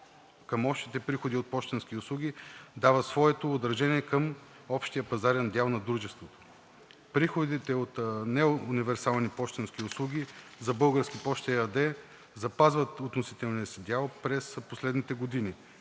към общите приходи от пощенски услуги дава своето отражение към общия пазарен дял на дружеството. Приходите от неуниверсални пощенски услуги за „Български пощи“ ЕАД запазват относителния си дял през последните години